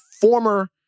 former